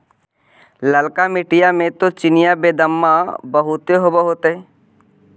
ललका मिट्टी मे तो चिनिआबेदमां बहुते होब होतय?